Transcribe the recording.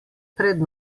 pred